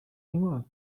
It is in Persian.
ایمان